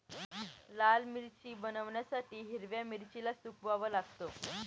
लाल मिरची बनवण्यासाठी हिरव्या मिरचीला सुकवाव लागतं